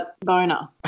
boner